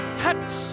touch